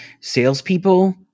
Salespeople